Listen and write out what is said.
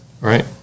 right